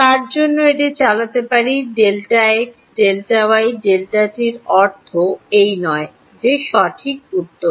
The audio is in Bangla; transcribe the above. তার জন্য এটি চালাতে পারি Δx Δy Δt এর অর্থ এই নয় যে সঠিক উত্তর